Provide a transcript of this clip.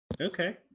Okay